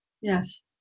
Yes